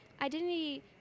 identity